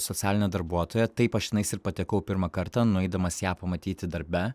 socialinė darbuotoja taip aš tenais ir patekau pirmą kartą nueidamas ją pamatyti darbe